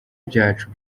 byacu